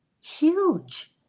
huge